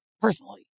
personally